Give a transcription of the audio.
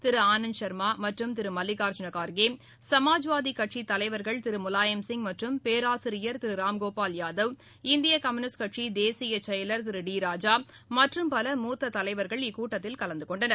திரு ஆனந்த் சர்மா மற்றும் திரு மல்லிகார்ஜூன கார்கே சமாஜ்வாதி கட்சித் திரு முலாயம் சிங் மற்றும் பேராசியர் திரு ராம்கோபால் யாதவ் இந்திய கம்யூனிஸ்ட் தலைவர்கள் கட்சி தேசிய செயலர் திரு டி ராஜா மற்றும் பல மூத்த தலைவர்கள் இக்கூட்டத்தில் கலந்து கொண்டனர்